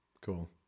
Cool